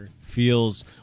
feels